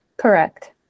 Correct